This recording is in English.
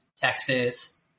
Texas